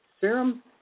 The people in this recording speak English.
serum